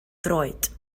droed